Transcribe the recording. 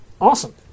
awesome